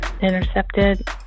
Intercepted